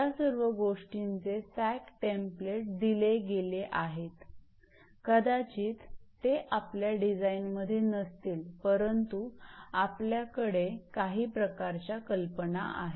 या सर्व गोष्टींचे सॅग टेम्प्लेट दिले गेले आहेत कदाचित ते आपल्या डिझाइनमध्ये नसतील परंतु आपल्याकडे काही प्रकारच्या कल्पना आहेत